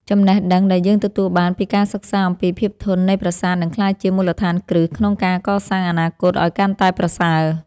ចំណេះដឹងដែលយើងទទួលបានពីការសិក្សាអំពីភាពធន់នៃប្រាសាទនឹងក្លាយជាមូលដ្ឋានគ្រឹះក្នុងការកសាងអនាគតឱ្យកាន់តែប្រសើរ។